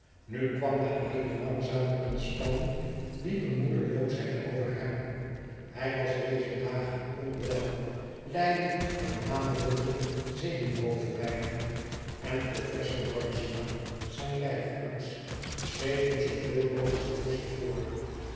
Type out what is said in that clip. nu kwam na eene langzame ontspanning diepe moedeloosheid over hem hij was deze dagen dikwijls onwel lijdend aan hamerende zenuwhoofdpijnen en professor barzia zijn lijfarts schreef hem zooveel mogelijk rust voor